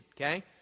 okay